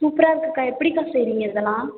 சூப்பராயிருக்குக்கா எப்படிக்கா செய்யுறீங்க இதெலாம்